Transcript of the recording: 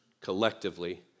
collectively